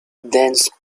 dense